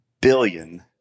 billion